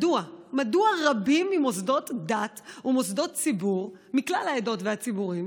מדוע רבים ממוסדות דת ומוסדות ציבור מכלל העדות והציבורים